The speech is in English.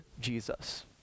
Jesus